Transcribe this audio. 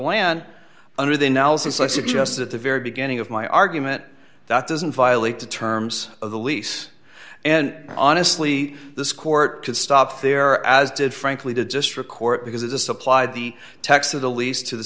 land under the analysis i suggest at the very beginning of my argument that doesn't violate the terms of the lease and honestly this court could stop there as did frankly the district court because it's a supply the text of the lease to the